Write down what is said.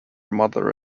mother